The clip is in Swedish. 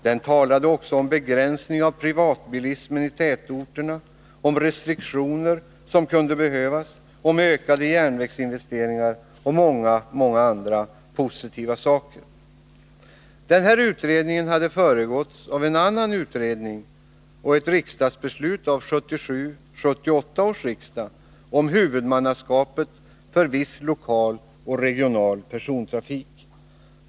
Den talade också om begränsning av privatbilismen i tätorterna, om restriktioner som kunde behövas, om ökade järnvägsinvesteringar och mycket annat positivt. Denna utredning hade föregåtts av en annan utredning och ett riksdagsbeslut vid 1977/78 års riksmöte om huvudmannaskapet för viss lokal och regional persontrafik.